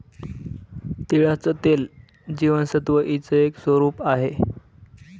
तिळाचं तेल जीवनसत्व ई च एक स्वरूप आहे